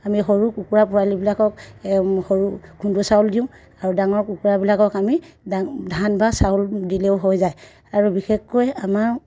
আমি সৰু কুকুৰা পোৱালিবিলাকক সৰু খুন্দু চাউল দিওঁ আৰু ডাঙৰ কুকুৰাবিলাকক আমি ধান বা চাউল দিলেও হৈ যায় আৰু বিশেষকৈ আমাৰ